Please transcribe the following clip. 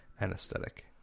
anesthetic